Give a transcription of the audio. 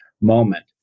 moment